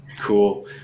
Cool